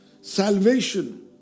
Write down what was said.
salvation